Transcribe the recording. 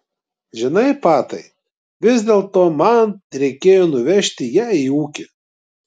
žinai patai vis dėlto man reikėjo nuvežti ją į ūkį